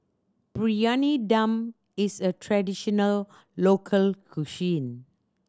Briyani Dum is a traditional local cuisine